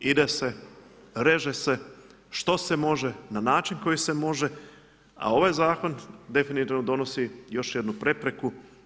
Ide se, reže se što se može, na način na koji se može, a ovaj zakon definitivno donosi još jednu prepreku.